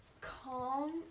calm